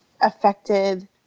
affected